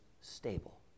stable